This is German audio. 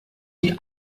die